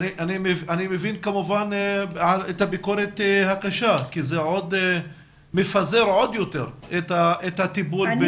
אני מבין את הביקורת הקשה כי זה מפזר עוד יותר את הטיפול.